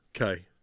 okay